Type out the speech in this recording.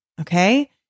Okay